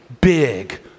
big